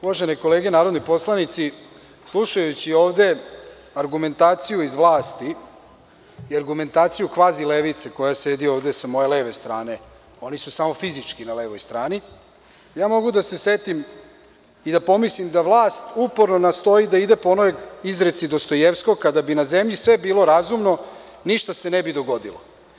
Uvažene kolege narodni poslanici, slušajući ovde argumentaciju iz vlasti i argumentaciju kvazi levice koja sedi ovde sa moje leve strane, oni su samo fizički na levoj strani, mogu da se setim i pomislim da vlast uporno nastoji da ide po onoj izreci Dostojevskog – kada bi na zemlji sve bilo razumno ništa se ne bi dogodilo.